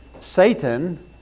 Satan